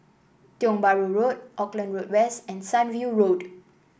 Tiong Bahru Road Auckland Road West and Sunview Road